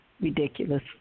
Ridiculous